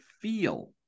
feel